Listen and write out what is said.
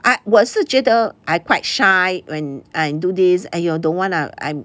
I 我也是觉得 I quite shy when I do this !aiyo! don't want ah